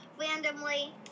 randomly